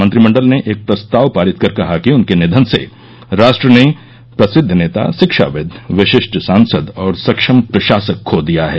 मंत्रिमंडल ने एक प्रस्ताव पारित कर कहा कि उनके निधन से राष्ट्र ने प्रसिद्ध नेता शिक्षाविद विशिष्ट सांसद और सक्षम प्रशासक खो दिया है